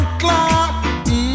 clock